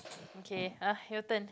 okay your turn